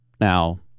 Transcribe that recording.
Now